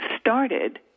started